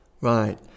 Right